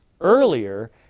earlier